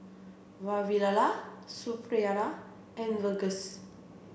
Vavilala Suppiah and Verghese